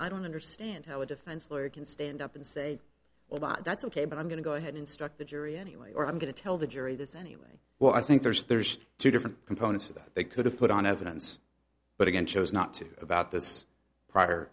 i don't understand how a defense lawyer can stand up and say well bob that's ok but i'm going to go ahead instruct the jury anyway or i'm going to tell the jury this anyway well i think there's there's two different components of that they could have put on evidence but again chose not to about this prior